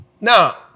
Now